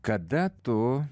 kada tu